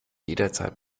jederzeit